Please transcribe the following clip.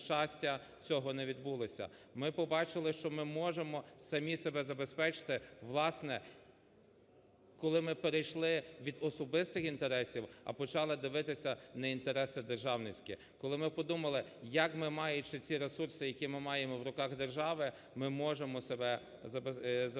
Ми побачили, що ми можемо самі себе забезпечити. Власне, коли ми перейшли від особистих інтересів, а почали дивитися на інтереси державницькі, коли ми подумали, як ми, маючи ці ресурси, які ми маємо в руках держави, ми можемо себе забезпечити